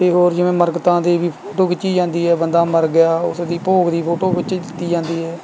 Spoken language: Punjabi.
ਅਤੇ ਹੋਰ ਜਿਵੇਂ ਮਰਗਤਾਂ ਦੇ ਵੀ ਫੋਟੋ ਖਿੱਚੀ ਜਾਂਦੀ ਹੈ ਬੰਦਾ ਮਰ ਗਿਆ ਉਸ ਦੀ ਭੋਗ ਦੀ ਫੋਟੋ ਖਿੱਚ ਦਿੱਤੀ ਜਾਂਦੀ ਹੈ